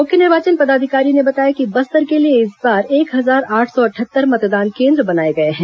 मुख्य निर्वाचन पदाधिकारी ने बताया कि बस्तर के लिए इस बार एक हजार आठ सौ अटहत्तर मतदान केन्द्र बनाए गए हैं